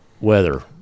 Weather